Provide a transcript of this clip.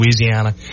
louisiana